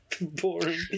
boring